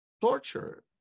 torture